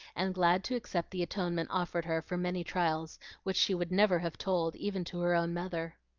and glad to accept the atonement offered her for many trials which she would never have told even to her own mother.